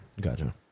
Gotcha